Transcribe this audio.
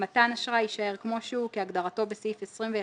הבנקאות (רישוי)); "מתן אשראי" כהגדרתו בסעיף 21(ב)